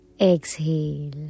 Exhale